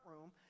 room